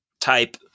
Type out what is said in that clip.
type